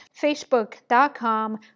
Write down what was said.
facebook.com